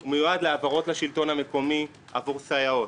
הוא מיועד להעברות לשלטון המקומי עבור סייעות.